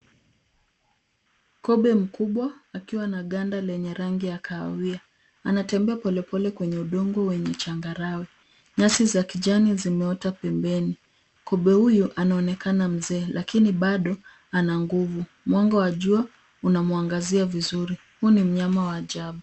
Kobe mkubwa akiwa na ganda la rangi ya kahawia anatembea polepole kwenye udongo wenye changarawe, nyasi za kijani zimeota pembeni. Kobe huyo anaonekana mzee lakini bado ana nguvu. Mwanga wa jua unamwangazia vizuri. Huyu ni mnyama wa ajabu.